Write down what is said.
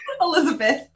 Elizabeth